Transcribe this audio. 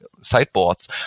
sideboards